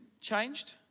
changed